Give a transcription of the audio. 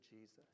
Jesus